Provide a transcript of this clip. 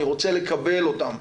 אני רוצה לקבל אותם,